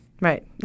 right